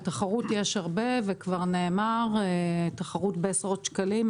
תחרות יש הרבה וכבר נאמר, תחרות בעשרות שקלים.